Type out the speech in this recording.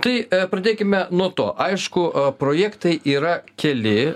tai pradėkime nuo to aišku projektai yra keli